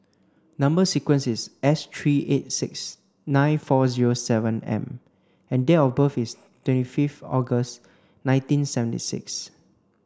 number sequence is S three eight six nine four zero seven M and date of birth is twenty fifth August nineteen seventy six